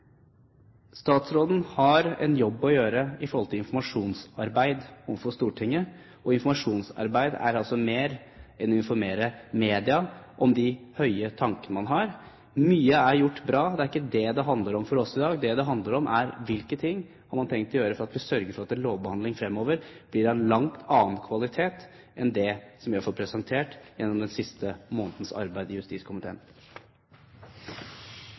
Statsråden har en jobb å gjøre med hensyn til informasjonsarbeid overfor Stortinget, og informasjonsarbeid er altså mer enn å informere media om de høye tanker man har. Mye er gjort bra – det er ikke det det handler om for oss i dag. Det det handler om, er hvilke ting man har tenkt å gjøre for å sørge for at lovbehandlingen fremover blir av en langt annen kvalitet enn det som vi har fått presentert gjennom den siste månedens arbeid i justiskomiteen.